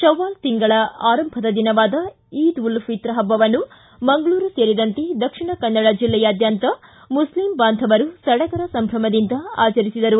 ಶವ್ವಾಲ್ ತಿಂಗಳ ಆರಂಭದ ದಿನವಾದ ಈದುಲ್ ಫಿತ್ರ್ ಹಬ್ಬವನ್ನು ಮಂಗಳೂರು ಸೇರಿದಂತೆ ದಕ್ಷಿಣ ಕನ್ನಡ ಜಿಲ್ಲೆಯಾದ್ದಂತ ಮುಷ್ಲಿಂ ಬಾಂಧವರು ಸಡಗರ ಸಂಭ್ರಮದಿಂದ ಆಚರಿಸಿದರು